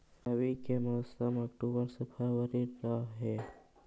रब्बी के मौसम अक्टूबर से फ़रवरी रह हे